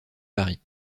paris